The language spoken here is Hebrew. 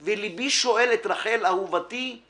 לים/ וליבי שואל/ את רחל/ אהובתי/